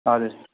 हजुर